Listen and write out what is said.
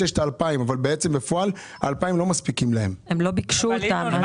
הם לא ביקשו אותם.